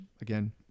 again